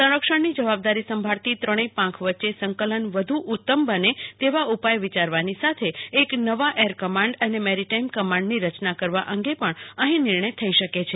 સંરક્ષણની જવાબદારી સાંભળતી ત્રણેય પાંખ વચ્ચે સંકલન વધુ ઉત્તમ બને તેવા ઉપાય વિયારવાની સાથે એક નવા એર કમાન્ડ અને મેરિટાઈમ કમાન્ડની રચના કરવા અંગે પણ અહી નિર્ણય થઈ શકે છે